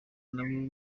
nabo